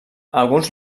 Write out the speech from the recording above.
alguns